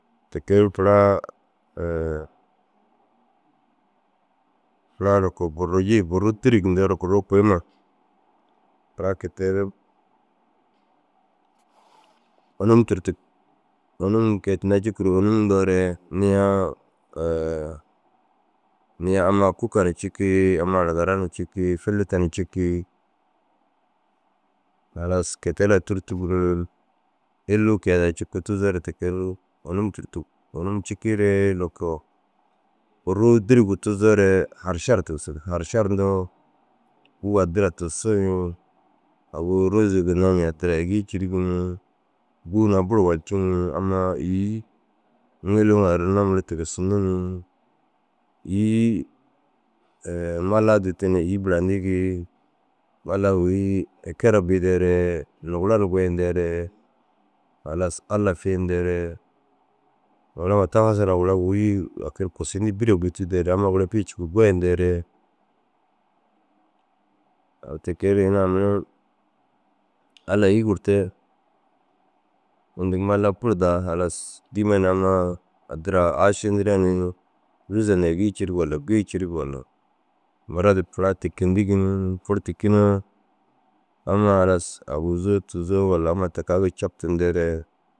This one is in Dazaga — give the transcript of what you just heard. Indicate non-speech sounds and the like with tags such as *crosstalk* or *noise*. Te kee ru furaa *hesitation* furaa noko burruji « burru tîrug » yindoore burruu kuima furaa kôi te ru ônum tûrtug. Ônum kôi tinda jikuu ru « ônum » yindoore niya *hesitation* niya amma kûkaa na cikii amma aragara na cikii felleta na cikii. Halas te- u lau tûrtug ni illuu kôi ai daa cikuu tuzoore te ke ru ônum tûrtug. Ônum cikiiree loko burruu dîrguu tuzoore haršar tigisig. « Haršar » yindoo bûu addira tussu ni. Agu rôzi ginna addira êgii cîrigi ni. Bûu na buru walciŋi ni ammaa îyi ŋiluu ŋa errennoo mere tigisinni ni. Îyi *hesitation* mallaa dûttu ni îyi burayindigi. Mallaa wûlli eke raa biidere luguran goyindere halas Alla fiyindeere lugurama tafa suna gura wûlli ai kege kusuyindu bîra bûtudeere amma gura fî cikii goyindeere. Agu te kee ru ini almihim « Alla i îyi gurte » yindigi. Malla i buru daha halas dîiman nu ammaa addira aašindire ni. Rûza hunadaa êgii cirig walla gu- i cirig walla marad furaa tîkindigi ni. Furu tîkiŋaa amma halas aguzuu tuzoo walla amma ta kaga gii captindeere